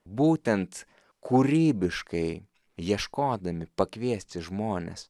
būtent kūrybiškai ieškodami pakviesti žmones